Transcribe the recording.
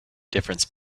difference